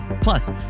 Plus